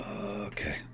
Okay